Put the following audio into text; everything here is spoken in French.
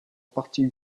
partie